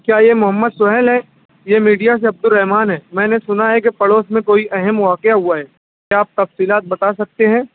کیا یہ محمد سُہیل ہے یہ میڈیا سے عبدالرّحمن ہے میں نے سُنا ہے کہ پڑوس میں کوئی اہم واقعہ ہُوا ہے کیا آپ تفصیلات بتا سکتے ہیں